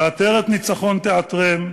ועטרת ניצחון תעטרם,